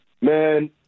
Man